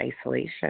isolation